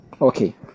Okay